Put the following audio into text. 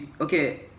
okay